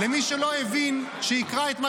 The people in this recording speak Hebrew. בואו נראה תכף מה